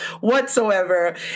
whatsoever